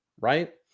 right